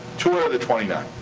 two out of the twenty nine.